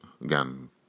again